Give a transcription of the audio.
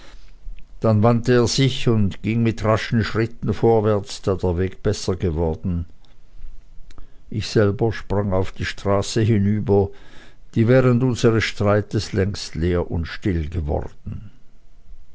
dann wandte er sich und ging mit raschen schritten vorwärts da der weg besser geworden ich selber sprang auf die straße hinüber die während unseres streites längst leer und still geworden